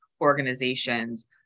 organizations